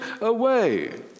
away